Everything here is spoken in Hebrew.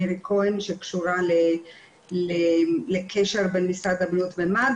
כאילו אנחנו מעודדים לקיחת סמים וחומרים.